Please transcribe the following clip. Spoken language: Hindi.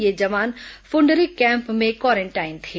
ये जवान फूंडरी कैम्प में क्वारेंटाइन थे